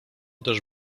też